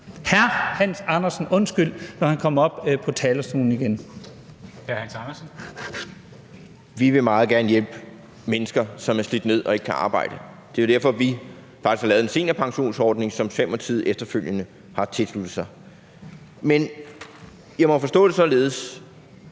Hr. Hans Andersen. Kl. 14:17 Hans Andersen (V): Vi vil meget gerne hjælpe mennesker, som er slidt ned og ikke kan arbejde. Det er jo derfor, vi faktisk har lavet en seniorpensionsordning, som Socialdemokratiet efterfølgende har tilsluttet sig. Men jeg må forstå det således,